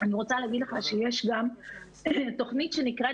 אני רוצה להגיד לך שיש גם תוכנית שנקראת